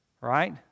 Right